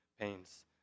pains